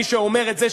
מי שאומר את זה,